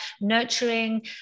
nurturing